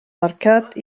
mercat